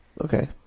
Okay